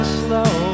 slow